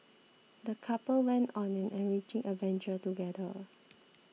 the couple went on an enriching adventure together